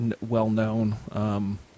well-known